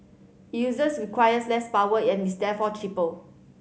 users requires less power and is therefore cheaper